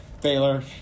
Baylor